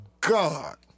god